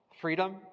freedom